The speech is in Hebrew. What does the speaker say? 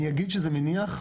אני אגיד שזה מניח,